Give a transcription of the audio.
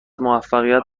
موفقیت